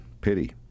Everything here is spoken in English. Pity